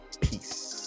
peace